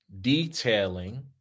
detailing